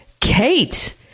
Kate